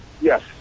Yes